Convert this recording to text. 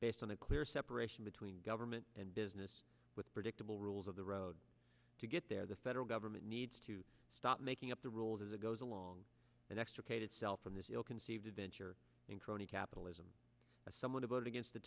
based on a clear separation between government and business with predictable rules of the road to get there the federal government needs to stop making up the rules as it goes along and extricate itself from this ill conceived adventure in crony capitalism someone to vote against the